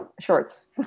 shorts